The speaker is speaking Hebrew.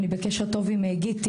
אני בקשר טוב עם גיטה,